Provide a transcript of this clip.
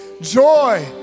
joy